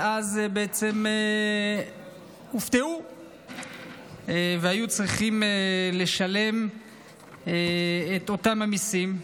ואז בעצם הופתעו והיו צריכים לשלם את אותם המיסים.